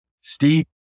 Steve